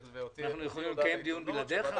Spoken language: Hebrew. והוציא הודעה לתקשורת,